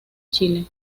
chile